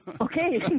Okay